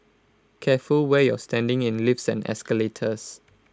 careful where you're standing in lifts and escalators